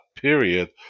period